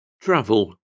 Travel